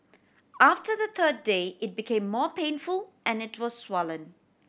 after the third day it became more painful and it was swollen